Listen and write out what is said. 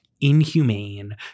inhumane